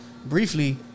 Briefly